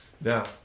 Now